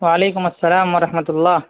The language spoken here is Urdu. وعلیکم السلام ورحمۃ اللہ